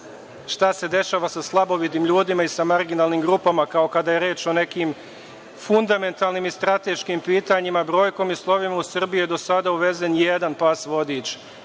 šta se dešava sa slabovidim ljudima i sa marginalnim grupama kao kada je reč o nekim fundamentalnim i strateškim pitanjima, brojkom i slovima, u Srbiju je do sada uvezen jedan pas vodič